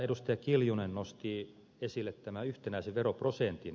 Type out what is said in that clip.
kimmo kiljunen nosti esille yhtenäisen veroprosentin